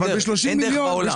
אין דרך בעולם.